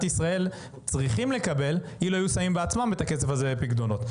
ישראל צריכים לקבל אילו היו שמים בעצמם את הכסף הזה בפיקדונות.